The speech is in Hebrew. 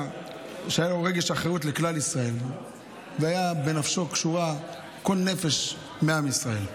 שהיה לו רגש אחריות לכלל ישראל ונפשו קשורה בכל נפש מעם ישראל.